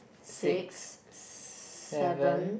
six s~ s~ seven